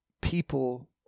people